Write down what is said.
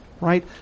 Right